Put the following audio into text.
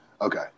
Okay